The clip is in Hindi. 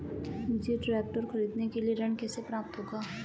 मुझे ट्रैक्टर खरीदने के लिए ऋण कैसे प्राप्त होगा?